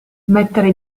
mettere